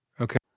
Okay